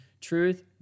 truth